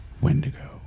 Wendigo